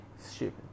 Stupid